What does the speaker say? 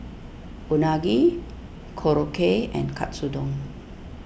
Unagi Korokke and Katsu Don